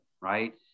right